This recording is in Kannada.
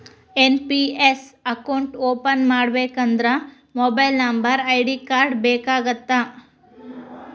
ಎನ್.ಪಿ.ಎಸ್ ಅಕೌಂಟ್ ಓಪನ್ ಮಾಡಬೇಕಂದ್ರ ಮೊಬೈಲ್ ನಂಬರ್ ಐ.ಡಿ ಕಾರ್ಡ್ ಬೇಕಾಗತ್ತಾ?